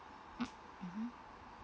mm mmhmm